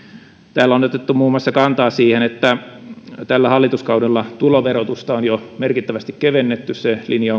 täällä on on otettu kantaa muun muassa siihen että tällä hallituskaudella tuloverotusta on jo merkittävästi kevennetty se linja